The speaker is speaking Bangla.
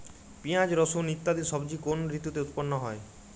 পিঁয়াজ রসুন ইত্যাদি সবজি কোন ঋতুতে উৎপন্ন হয়?